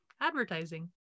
advertising